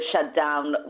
shutdown